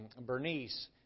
Bernice